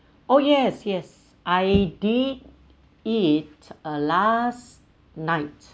oh yes yes I did eat uh last night